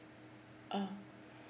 ah